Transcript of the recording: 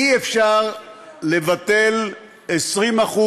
אי-אפשר לבטל 20%,